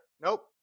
nope